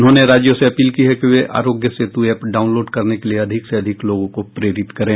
उन्होंने राज्यों से अपील की है कि वे आरोग्य सेतु ऐप डाउनलोड करने के लिए अधिक से अधिक लोगों को प्रेरित करें